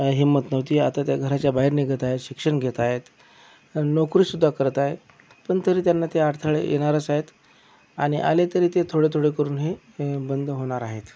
हिंमत नव्हती आता त्या घराच्या बाहेर निघत आहेत शिक्षण घेत आहेत नोकरीसुद्धा करत आहेत पण तरी त्यांना ते अडथळे येणारच आहेत आणि आले तरी ते थोडं थोडं करूनही बंद होणार आहेत